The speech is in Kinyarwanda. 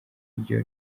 ryo